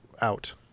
out